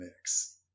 mix